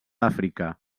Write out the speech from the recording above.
àfrica